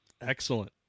Excellent